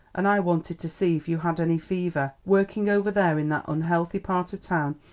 and i wanted to see if you had any fever working over there in that unhealthy part of town,